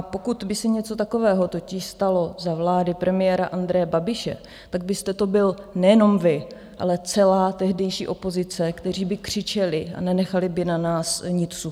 Pokud by se něco takového totiž stalo za vlády premiéra Andreje Babiše, tak byste to byl nejenom vy, ale celá tehdejší opozice, kteří by křičeli a nenechali by na nás niť suchou.